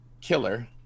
killer